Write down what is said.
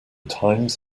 times